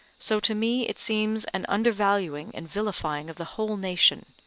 so to me it seems an undervaluing and vilifying of the whole nation.